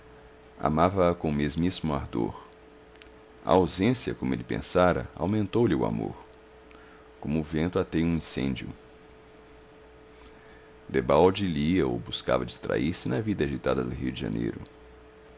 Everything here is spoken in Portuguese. amava-a com o mesmíssimo ardor a ausência como ele pensara aumentou lhe o amor como o vento ateia um incêndio debalde lia ou buscava distrair-se na vida agitada do rio de janeiro